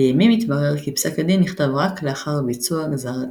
לימים התברר כי "פסק הדין" נכתב רק לאחר ביצוע גזר הדין.